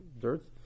dirt